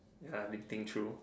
ya didn't think through